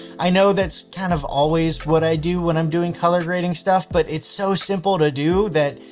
i know that's kind of always what i do when i'm doing color grading stuff, but it's so simple to do that.